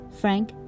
Frank